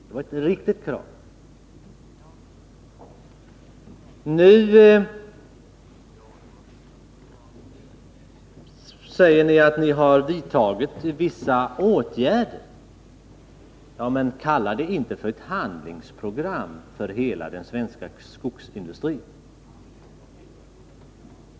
Nu säger Rune Jonsson att socialdemokraterna har vidtagit vissa åtgärder. Ja, men kalla det inte för ett handlingsprogram för hela den svenska skogsindustrin.